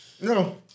No